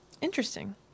Interesting